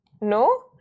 No